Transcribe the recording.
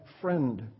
friend